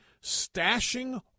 stashing